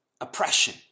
oppression